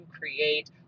create